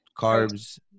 carbs